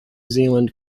zealand